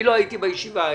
אני לא הייתי בישיבה ההיא,